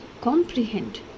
comprehend